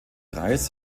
kreis